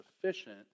sufficient